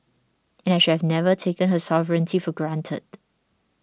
and I should have never taken her sovereignty for granted